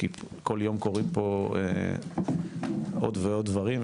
כי כל יום פה קורים פה עוד ועוד דברים,